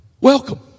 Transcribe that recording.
Welcome